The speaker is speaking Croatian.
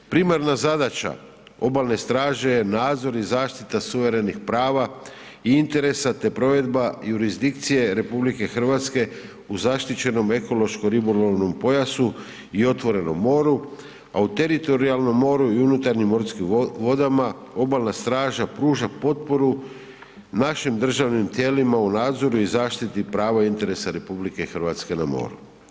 Primarna zadaća obalne straže, nadzor i zaštita suverenih prava i interesa te provedba jurisdikcije RH u zaštićenom ekološko-ribolovnom pojasu i otvorenom moru, a u teritorijalnom moru i unutarnjim morskim vodama obalna straža pruža potporu našim državnim tijelima u nadzoru i zaštiti prava i interesa RH na moru.